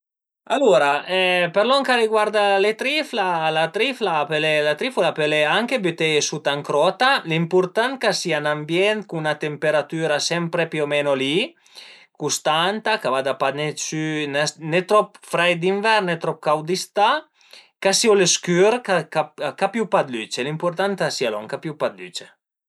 Alura per lon ch'a riguarda le trifla, la trifla, la trifula pöle anche büteie sut ën crota, l'impurtant al e ch'a sia ün ambient cun üna temperatüra sempre piu o meno li, custanta, ch'a vada ne sü, ne trop freit d'invern ne trop caud d'istà, ch'a sìu a lë scür, ch'a pìu pa dë lüce, l'importuant al e lon, ch'a pìu pa dë lüce